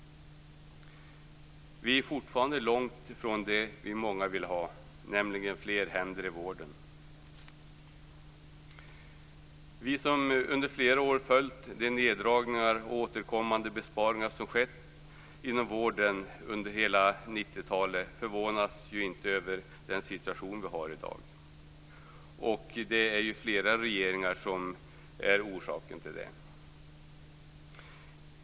Vi är fortfarande långt från det många av oss vill ha, nämligen fler händer i vården. Vi som följt de neddragningar och återkommande besparingar som skett inom vården under hela 90 talet förvånas inte över den situation som vi har i dag. Det är ju flera regeringar som är orsak till den.